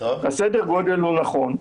סדר הגודל הוא נכון.